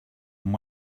and